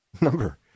number